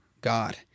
God